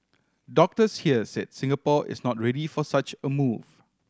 doctors here said Singapore is not ready for such a move